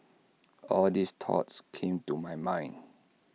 all these thoughts came to my mind